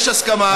יש הסכמה,